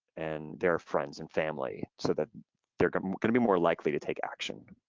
and their friends and family so that they're gonna gonna be more likely to take action.